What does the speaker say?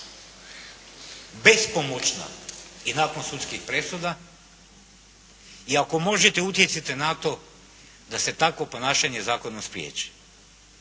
bespomoćna i nakon sudskih presuda i ako možete utjecati na to da se takvo ponašanje zakona spriječi.